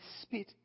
spit